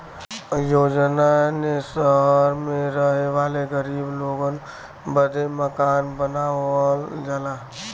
योजना ने सहर मे रहे वाले गरीब लोगन बदे मकान बनावल जाला